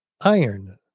iron